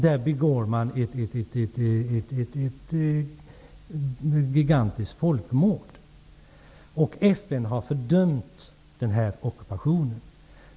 Där begås ett gigantiskt folkmord, och FN har fördömt denna ockupation.